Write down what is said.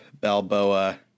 Balboa